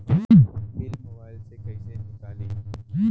Bill mobile से कईसे निकाली?